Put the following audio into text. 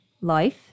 life